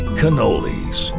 cannolis